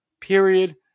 period